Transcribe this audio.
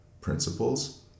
principles